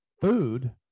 food